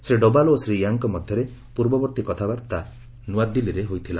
ଶ୍ରୀ ଡୋବାଲ୍ ଓ ଶ୍ରୀ ୟାଙ୍ଗ୍ଙ୍କ ମଧ୍ୟରେ ପୂର୍ବବର୍ତ୍ତୀ କଥାବାର୍ତ୍ତା ନ୍ତ ଆଦିଲ୍ଲୀରେ ହୋଇଥିଲା